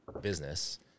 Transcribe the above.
business